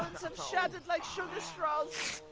shattered like sugar straws!